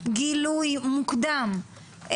גילוי מוקדם,